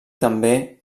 també